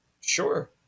Sure